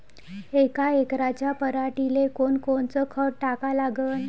यका एकराच्या पराटीले कोनकोनचं खत टाका लागन?